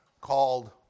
called